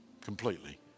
completely